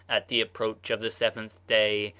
at the approach of the seventh day,